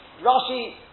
Rashi